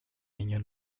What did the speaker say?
niño